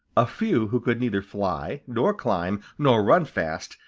a few who could neither fly nor climb nor run fast,